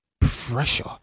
Pressure